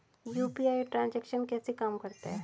UPI transaction कैसे काम करता है?